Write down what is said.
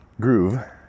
groove